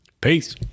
Peace